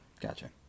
Gotcha